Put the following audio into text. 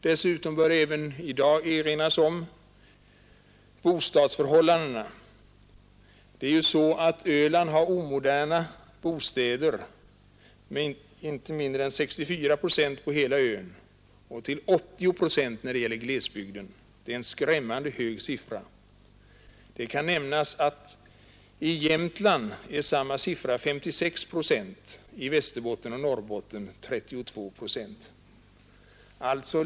Dessutom bör det även i dag erinras om de otillfredsställande bostadsförhållandena. Inte mindre än 64 procent av bostäderna på Öland är omoderna, och i glesbygden är 80 procent omoderna — en skrämmande hög siffra. Det kan nämnas att motsvarande siffra i Jämtland är 56 procent och i Västerbotten och Norrbotten 32 procent.